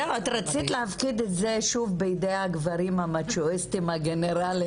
למה את רצית להפקיד את זה שוב בידי הגברים המאצ'ואיסטיים והגנרלים?